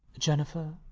jennifer.